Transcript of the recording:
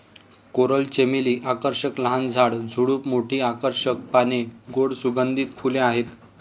coral चमेली आकर्षक लहान झाड, झुडूप, मोठी आकर्षक पाने, गोड सुगंधित फुले आहेत